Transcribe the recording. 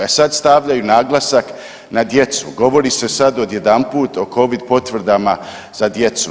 E sad stavljaju naglasak na djecu, govori se sad odjedanput o COVID potvrdama za djecu.